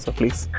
please